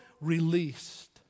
released